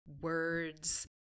words